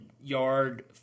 yard